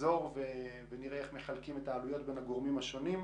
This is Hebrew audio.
נחזור ונראה איך מחלקים את העלויות בין הגורמים השונים.